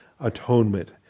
atonement